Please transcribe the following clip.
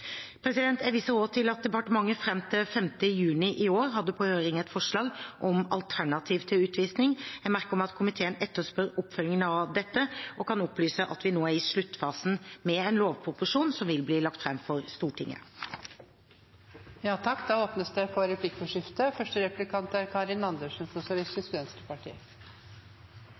Jeg viser også til at departementet fram til 5. juni i år hadde på høring et forslag om alternativ til utvisning. Jeg merker meg at komiteen etterspør oppfølgingen av dette, og kan opplyse at vi nå er i sluttfasen med en lovproposisjon som vil bli lagt fram for Stortinget. Det blir replikkordskifte. Det